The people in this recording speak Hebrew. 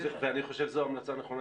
ואני חושב שזו המלצה נכונה,